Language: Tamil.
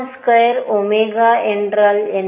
mR2என்றால் என்ன